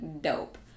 dope